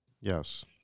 Yes